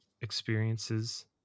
experiences